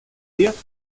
wirft